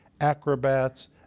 acrobats